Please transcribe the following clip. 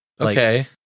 Okay